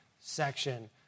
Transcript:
section